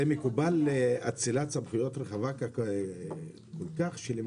האם אצילת סמכויות רחבה כל כך היא מקובלת?